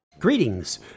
Greetings